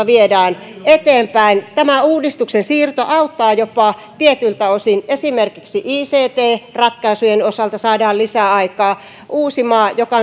viedään eteenpäin tämä uudistuksen siirto jopa auttaa tietyiltä osin esimerkiksi ict ratkaisujen osalta saadaan lisäaikaa uusimaa joka